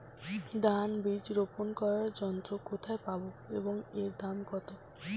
ধান বীজ রোপন করার যন্ত্র কোথায় পাব এবং এর দাম কত?